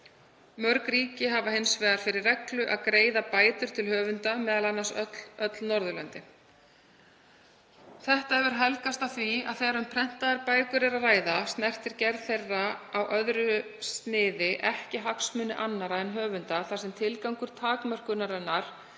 Mörg ríki hafa hins vegar fyrir reglu að greiða bætur til höfunda, m.a. öll Norðurlöndin. Þetta hefur helgast af því að þegar um prentaðar bækur er að ræða snertir gerð þeirra á öðru sniði ekki hagsmuni annarra en höfunda þar sem tilgangur takmörkunarinnar er